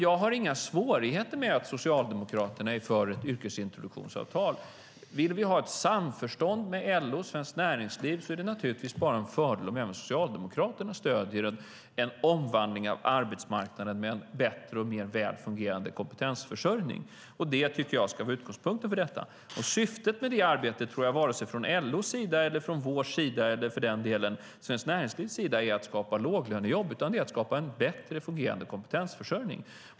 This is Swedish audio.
Jag har inga svårigheter med att Socialdemokraterna är för ett yrkesintroduktionsavtal. Om vi vill ha ett samförstånd med LO och Svenskt Näringsliv är det bara en fördel om även Socialdemokraterna stöder en omvandling av arbetsmarknaden med en bättre och mer välfungerande kompetensförsörjning. Det tycker jag ska vara utgångspunkten. Syftet med arbetet är varken från LO:s sida, från vår sida eller för den delen Svenskt Näringslivs sida att skapa låglönejobb, utan det är att skapa en bättre fungerande kompetensförsörjning.